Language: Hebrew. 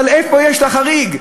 אבל איפה החריג?